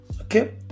okay